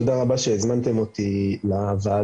תודה רבה שהזמנתם אותי לוועדה,